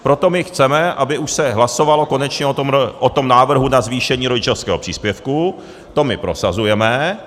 Proto my chceme, aby už se hlasovalo konečně o tom návrhu na zvýšení rodičovského příspěvku, to my prosazujeme.